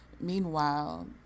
Meanwhile